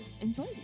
enjoy